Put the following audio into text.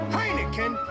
Heineken